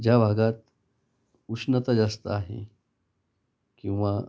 ज्या भागात उष्णता जास्त आहे किंवा